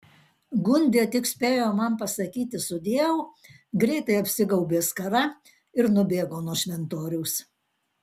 gundė tik spėjo man pasakyti sudieu greitai apsigaubė skara ir nubėgo nuo šventoriaus